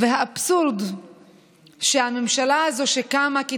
וראש הממשלה חתם עם גופים בבחירות,